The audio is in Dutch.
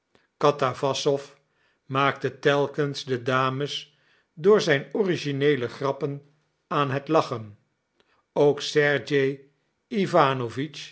katawassow maakte telkens de dames door zijn origineele grappen aan het lachen ook